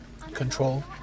control